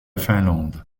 finlande